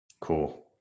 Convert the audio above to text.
cool